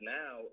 now